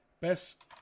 Best